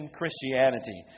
Christianity